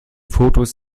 fotos